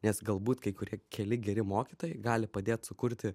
nes galbūt kai kurie keli geri mokytojai gali padėt sukurti